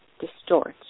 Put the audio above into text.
distorts